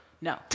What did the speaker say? No